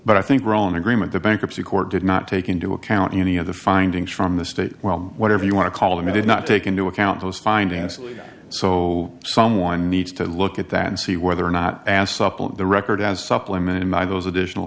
but i think we're all in agreement the bankruptcy court did not take into account any of the findings from the state well whatever you want to call them did not take into account those financially so someone needs to look at that and see whether or not asked up on the record as supplemented by those additional